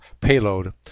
payload